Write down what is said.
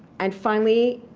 and finally,